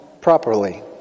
properly